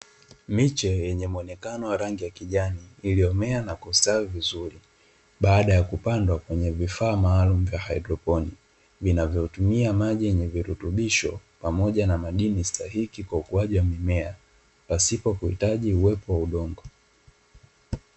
Miche yenye mwonekano wa rangi ya kijani iliyomea na kustawi vizuri baada ya kupandwa kwenye vifaa maalumu vya haidroponi, vinavyotumia maji yenye virutubisho pamoja na madini stahiki kwa ukuaji wa mimea pasipo kuhitaji uwepo wa udongo.